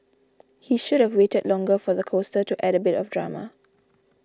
he should have waited longer for the coaster to add a bit of drama